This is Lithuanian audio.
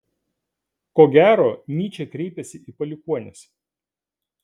ko gero nyčė kreipiasi į palikuonis